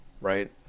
right